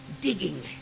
digging